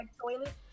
toilet